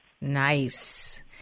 Nice